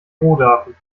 rohdaten